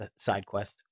SideQuest